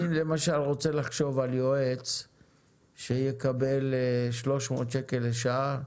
אני למשל רוצה לחשוב על יועץ שיקבל 300 שקלים לשעה,